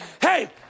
hey